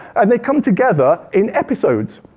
and they come together in episodes.